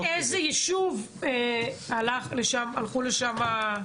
מעניין איזה יישוב, הלכו לשם.